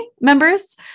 members